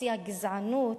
בשיא הגזענות,